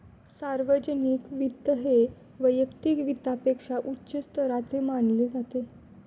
सार्वजनिक वित्त हे वैयक्तिक वित्तापेक्षा उच्च स्तराचे मानले जाते